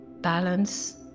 balance